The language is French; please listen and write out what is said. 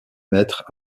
mètres